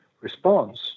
response